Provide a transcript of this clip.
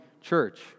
church